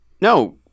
no